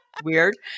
weird